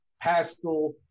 Pascal